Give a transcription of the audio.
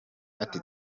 ati